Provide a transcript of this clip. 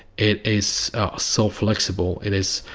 it is so flexible, it is,